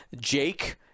Jake